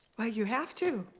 well you have to.